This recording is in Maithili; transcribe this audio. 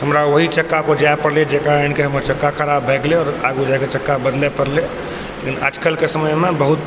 हमरा वही चक्कापर जाय पड़लै जाहि कारण कि हमर चक्का खराब भए गेलै आओर आगू जायकऽ चक्का बदलै पड़लै लेकिन आजकलके समयमे बहुत